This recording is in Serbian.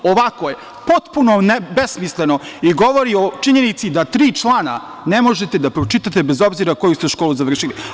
Ovako je potpuno besmisleno i govori o činjenici da tri člana ne možete da pročitate, bez obzira koju ste školu završili.